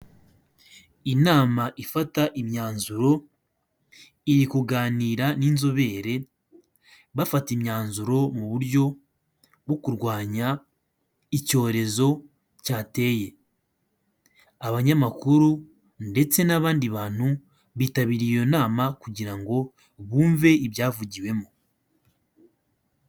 Inama ifata imyanzuro, iri kuganira n'inzobere bafata imyanzuro mu buryo bwo kurwanya icyorezo cyateye, abanyamakuru ndetse n'abandi bantu bitabiriye iyo nama kugira ngo bumve ibyavugiwemo.